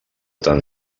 tan